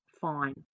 fine